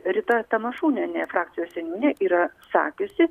rita tamašūnienė frakcijos seniūnė yra sakiusi